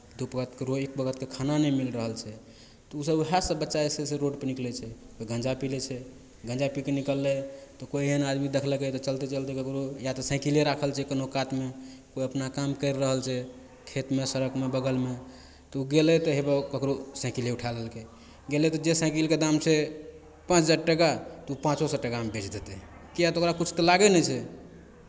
दू वक्तके ककरो एक वक्तके खाना नहि मिल रहल छै तऽ ओसभ उएहसभ बच्चा जे छै से रोडपर निकलै छै कोइ गाँजा पी लै छै गाँजा पी कऽ निकललै तऽ कोइ एहन आदमी देखलकै तऽ चलिते चलिते ककरो या तऽ साइकिले राखल छै कोनो कातमे कोइ अपना काम करि रहल छै खेतमे सड़कमे बगलमे तऽ ओ गेलै तऽ हेवए ओ ककरो साइकिले उठा लेलकै गेलै तऽ जे साइकिलके दाम छै पाँच हजार टाका तऽ ओ पाँचो सए टाकामे बेच देतै किएक तऽ ओकरा किछु तऽ लागै नहि छै